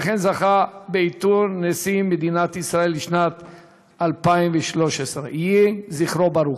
וכן זכה בעיטור נשיא מדינת ישראל לשנת 2013. יהי זכרו ברוך.